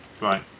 Right